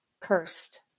cursed